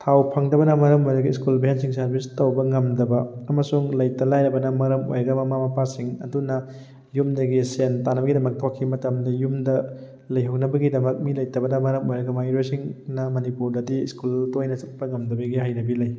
ꯊꯥꯎ ꯐꯪꯗꯕꯅ ꯃꯔꯝ ꯑꯣꯏꯔꯒ ꯁ꯭ꯀꯨꯜ ꯕꯦꯟꯁꯤꯡ ꯁꯥꯔꯕꯤꯁ ꯇꯧꯕ ꯉꯝꯗꯕ ꯑꯃꯁꯨꯡ ꯂꯩꯇ ꯂꯥꯏꯔꯕꯅ ꯃꯔꯝ ꯑꯣꯏꯔꯒ ꯃꯃꯥ ꯃꯄꯥꯁꯤꯡ ꯑꯗꯨꯅ ꯌꯨꯝꯗꯒꯤ ꯁꯦꯟ ꯇꯥꯟꯅꯕꯒꯤꯗꯃꯛ ꯊꯣꯛꯈꯤꯕ ꯃꯇꯝꯗ ꯌꯨꯝꯗ ꯂꯩꯍꯧꯅꯕꯒꯤꯗꯃꯛ ꯃꯤ ꯂꯩꯇꯕꯅ ꯃꯔꯝ ꯑꯣꯏꯔꯒ ꯃꯍꯩꯔꯣꯏꯁꯤꯡꯅ ꯃꯅꯤꯄꯨꯔꯗꯗꯤ ꯁ꯭ꯀꯨꯜ ꯇꯣꯏꯅ ꯆꯠꯄ ꯉꯝꯗꯕꯒꯤ ꯍꯩꯅꯕꯤ ꯂꯩ